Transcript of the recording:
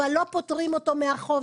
אבל לא פוטרים אותו מהחוב,